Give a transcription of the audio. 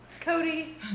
Cody